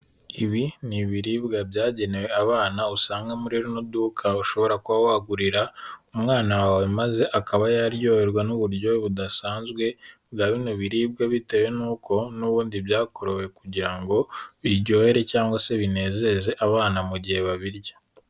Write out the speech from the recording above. Ibi ni ibiribwa byagenewe abana usanga muri rino duka, ushobora kuba wagurira umwana wawe maze akaba yaryoherwa n'uburyohe budasanzwe, bwa bino biribwa bitewe n'uko n'ubundi byakorewe kugira ngo biryohere cyangwa se binezeze abana mu gihe babirya.